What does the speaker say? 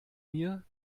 mir